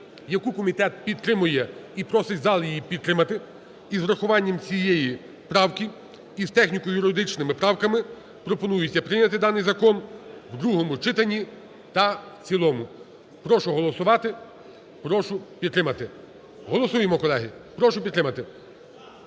яку комітет підтримує і просить зал її підтримати, і з врахуванням цієї правки, і з техніко-юридичними правками пропонується прийняти даний закон в другому читанні та в цілому. Прошу голосувати, прошу підтримати. Голосуємо колеги, прошу підтримати.